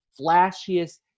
flashiest